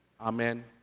Amen